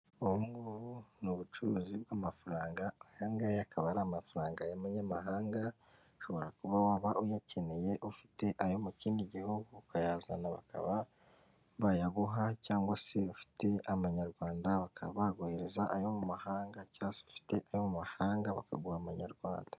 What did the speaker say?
Ubu ngubu ni ubucuruzi bw'amafaranga aya ngaya akaba ari amafaranga y'amanyamahanga, ushobora kuba waba uyakeneye ufite ayo mu kindi gihugu ukayazana bakaba bayaguha cyangwa se ufitema amanyarwanda bakaba baguhereza ayo mu mahanga, cyangwa se ufite ayo mu mahanga bakaguha amanyarwanda